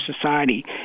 society